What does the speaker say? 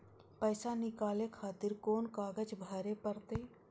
पैसा नीकाले खातिर कोन कागज भरे परतें?